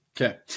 okay